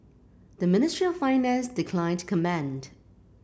the Ministry of Finance declined to comment